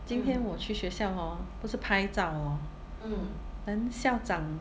今天我去学校 hor 不是拍照 lor then 校长